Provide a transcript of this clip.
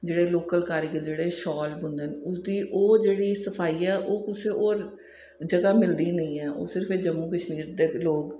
जेह्ड़े लोकल कारीगर न जेह्ड़े शाल बुनदे न उं'दी ओह् जेह्ड़ी सफाई ऐ ओह् कुसे होर जगह मिलदी नेईं ऐ ओह् सिर्फ जम्मू कश्मीर दे लोक